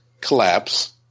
collapse